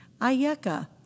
Ayeka